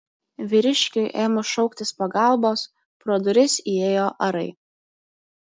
vyriškiui ėmus šauktis pagalbos pro duris įėjo arai